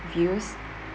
views